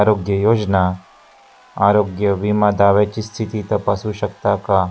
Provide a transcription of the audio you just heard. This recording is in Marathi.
आरोग्य योजना आरोग्य विमा दाव्याची स्थिती तपासू शकता का